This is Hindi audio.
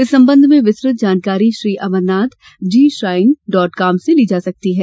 इस संबंध में विस्तृत जानकारी Shri Amarnath ji shrine dot com से ली जा सकती है